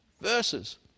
verses